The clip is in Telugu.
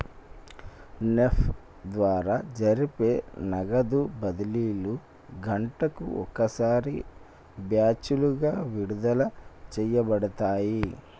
నెప్ప్ ద్వారా జరిపే నగదు బదిలీలు గంటకు ఒకసారి బ్యాచులుగా విడుదల చేయబడతాయి